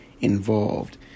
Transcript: Involved